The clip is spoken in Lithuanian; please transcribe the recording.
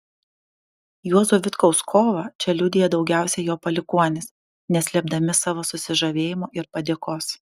juozo vitkaus kovą čia liudija daugiausiai jo palikuonys neslėpdami savo susižavėjimo ir padėkos